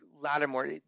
Lattimore